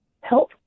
help